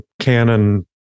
Canon